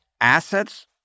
assets